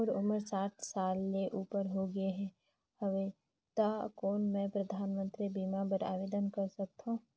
मोर उमर साठ साल ले उपर हो गे हवय त कौन मैं परधानमंतरी बीमा बर आवेदन कर सकथव?